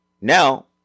Now